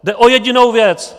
Jde o jedinou věc!